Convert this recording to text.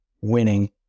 winning